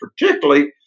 particularly